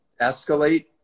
escalate